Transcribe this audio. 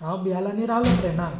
हांव भियेलो आनी रावलो फ्रेंडांक